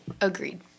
agreed